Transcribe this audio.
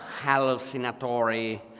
Hallucinatory